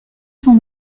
son